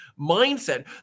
mindset